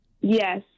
Yes